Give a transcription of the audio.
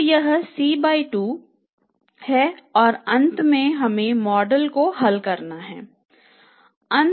तो यह C2 है और अंत में हमें मॉडल को हल करना होगा